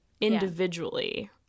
individually